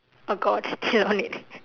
oh god still on it